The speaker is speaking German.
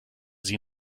sie